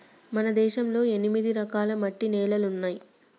మన దేశంలో ఎనిమిది రకాల మట్టి నేలలున్నాయి